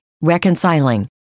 reconciling